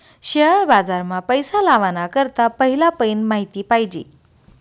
share बाजार मा पैसा लावाना करता पहिला पयीन माहिती पायजे